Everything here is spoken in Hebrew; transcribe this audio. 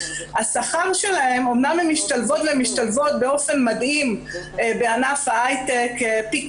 אמנם הן משתלבות באופן מדהים בענף ההייטק פי